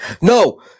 No